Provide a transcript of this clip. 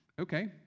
Okay